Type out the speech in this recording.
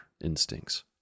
instincts